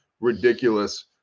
ridiculous